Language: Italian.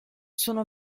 sono